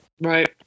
Right